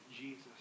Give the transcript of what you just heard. Jesus